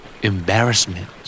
Embarrassment